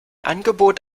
angebot